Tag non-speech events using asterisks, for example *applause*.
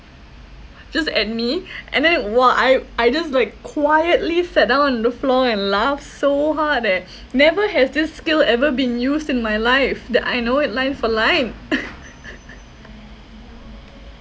just at me and then !wah! I I just like quietly sat down on the floor and laughed so hard eh *noise* never has this skill ever been used in my life that I know it line for line *laughs*